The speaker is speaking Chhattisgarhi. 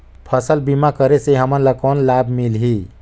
फसल बीमा करे से हमन ला कौन लाभ मिलही?